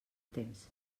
temps